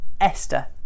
Esther